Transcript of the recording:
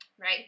right